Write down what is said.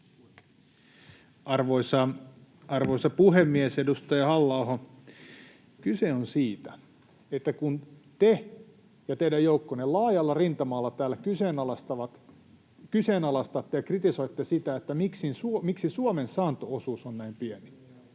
Arvoisa puhemies! Edustaja Halla-aho, kyse on siitä, että kun te ja teidän joukkonne laajalla rintamalla täällä kyseenalaistatte ja kritisoitte sitä, miksi Suomen saanto-osuus on näin pieni,